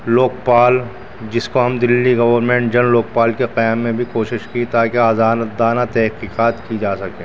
لوکپال جس کو ہم دہلی گورنمنٹ جن لوک پال کی قیام میں بھی کوشش کی تاکہ آزادانہ تحقیقات کی جا سکیں